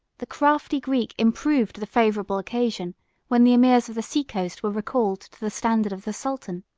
the crafty greek improved the favorable occasion when the emirs of the sea-coast were recalled to the standard of the sultan.